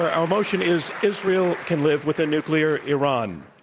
our our motion is israel can live with a nuclear iran.